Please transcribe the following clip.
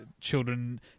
children